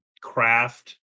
craft